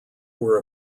were